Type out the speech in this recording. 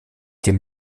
dem